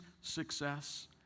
success